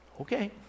Okay